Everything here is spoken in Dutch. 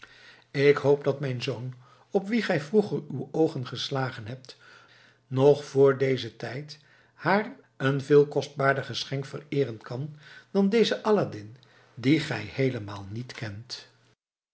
ik hoop dat mijn zoon op wien gij vroeger uw oogen geslagen hebt nog voor dezen tijd haar een veel kostbaarder geschenk vereeren kan dan deze aladdin dien gij heelemaal niet kent